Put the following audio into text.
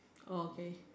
oh okay